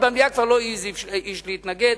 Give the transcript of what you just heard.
ובמליאה כבר לא העז איש להתנגד.